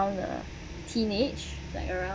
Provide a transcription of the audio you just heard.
uh teenage like around